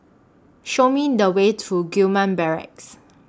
Show Me The Way to Gillman Barracks